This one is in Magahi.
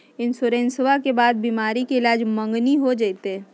इंसोरेंसबा के बाद बीमारी के ईलाज मांगनी हो जयते?